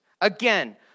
Again